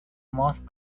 most